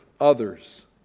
others